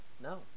No